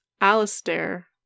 Alistair